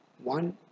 one